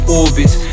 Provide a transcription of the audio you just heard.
orbits